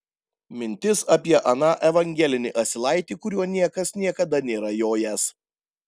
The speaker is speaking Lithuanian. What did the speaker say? mintis apie aną evangelinį asilaitį kuriuo niekas niekada nėra jojęs